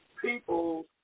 people